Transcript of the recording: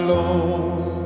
Alone